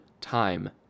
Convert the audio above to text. time